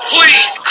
Please